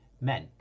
Men